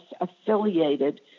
affiliated